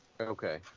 Okay